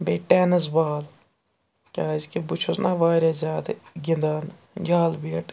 بیٚیہِ tennis ball کیٛازکہِ بہٕ چھُس نہ واریاہ زیادٕ گِنٛدان جال بیٹ